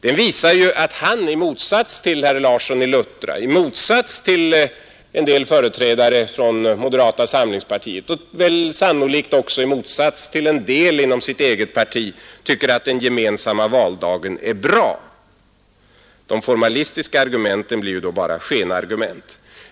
Den visar att han i motsats till herr Larsson i Luttra, i motsats till en del företrädare för moderata samlingspartiet och sannolikt också i motsats till en del inom sitt eget parti tycker att den gemensamma valdagen är bra. De formalistiska argumenten blir då bara skenargument.